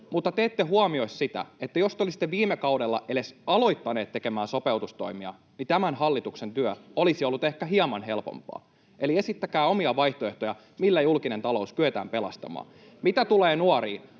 mutta te ette huomioi sitä, että jos te olisitte viime kaudella edes aloittaneet tekemään sopeutustoimia, niin tämän hallituksen työ olisi ollut ehkä hieman helpompaa. Eli esittäkää omia vaihtoehtojanne, millä julkinen talous kyetään pelastamaan. Mitä tulee nuoriin,